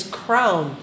crown